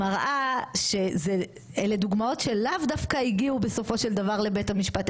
מראה שאלה דוגמאות שלאו דווקא הגיעו בסופו של דבר לבית המשפט,